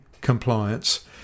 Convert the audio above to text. compliance